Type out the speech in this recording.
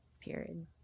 period